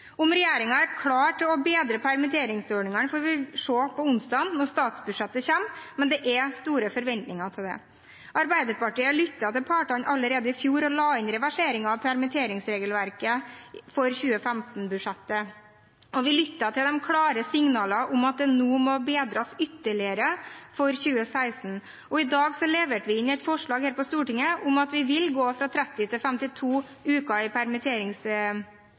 Om regjeringen er klar til å bedre permitteringsordningene, får vi se onsdag når statsbudsjettet kommer. Det er store forventninger til det. Arbeiderpartiet lyttet til partene allerede i fjor og la inn reversering av permitteringsregelverket i 2015-budsjettet, og vi lyttet til de klare signalene om at de nå må bedres ytterligere i 2016. I dag leverte vi inn et forslag på Stortinget om at vi vil gå fra 30 til 52 uker